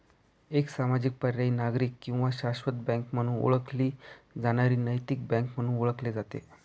एक सामाजिक पर्यायी नागरिक किंवा शाश्वत बँक म्हणून ओळखली जाणारी नैतिक बँक म्हणून ओळखले जाते